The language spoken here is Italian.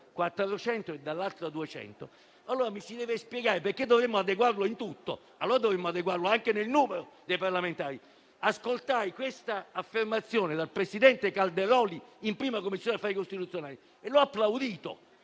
saranno 400 e dall'altra 200), allora mi si deve spiegare perché dovremmo adeguarlo in tutto. Allora dovremmo adeguarlo anche nel numero dei parlamentari? Ascoltai questa affermazione dal presidente Calderoli in 1a Commissione affari costituzionali e lo applaudii,